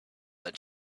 that